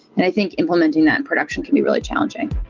and i think implementing that in production can be really challenging.